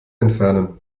entfernen